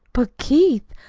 but, keith,